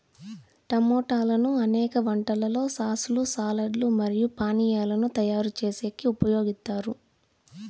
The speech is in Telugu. టమోటాలను అనేక వంటలలో సాస్ లు, సాలడ్ లు మరియు పానీయాలను తయారు చేసేకి ఉపయోగిత్తారు